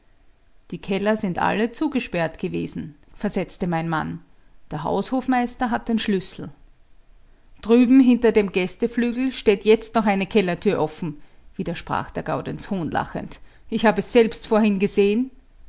die keller sind alle zugesperrt gewesen versetzte mein mann der haushofmeister hat den schlüssel drüben hinter dem gästeflügel steht jetzt noch eine kellertür offen widersprach der gaudenz hohnlachend ich hab es selbst vorhin gesehen